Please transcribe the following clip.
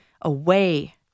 away